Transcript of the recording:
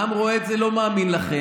העם רואה את זה ולא מאמין לכם.